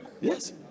Yes